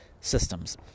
systems